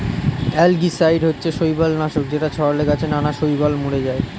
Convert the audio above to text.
algicide হচ্ছে শৈবাল নাশক যেটা ছড়ালে গাছে নানা শৈবাল মরে যায়